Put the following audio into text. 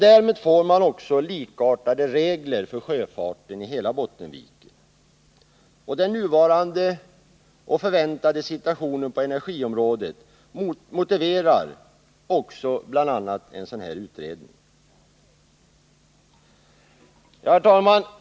Därmed får man också likartade regler för sjöfarten i hela Bottenviken. Den nuvarande och förväntade situationen på energiområdet motiverar en sådan utredning. Herr talman!